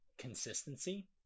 consistency